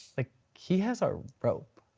like he has our rope.